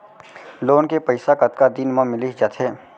Loan के पइसा कतका दिन मा मिलिस जाथे?